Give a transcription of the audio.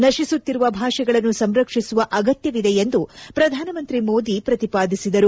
ನಶಿಸುತ್ತಿರುವ ಭಾಷೆಗಳನ್ನು ಸಂರಕ್ಷಿಸುವ ಅಗತ್ಯವಿದೆ ಎಂದು ಪ್ರಧಾನಮಂತ್ರಿ ಮೋದಿ ಪ್ರತಿಪಾದಿಸಿದರು